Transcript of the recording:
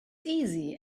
easy